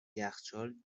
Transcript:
یخچال